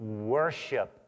worship